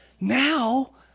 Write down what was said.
now